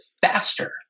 faster